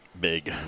Big